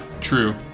true